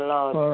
Lord